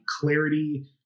clarity